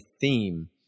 theme